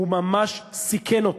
הוא ממש סיכן אותה.